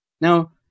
Now